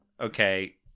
Okay